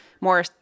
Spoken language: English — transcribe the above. more